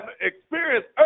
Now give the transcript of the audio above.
experienced